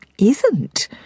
isn't